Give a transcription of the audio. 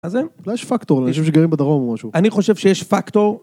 אז זהו. אולי יש פקטור, אנשים שגרים בדרום או משהו. אני חושב שיש פקטור...